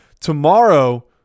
Tomorrow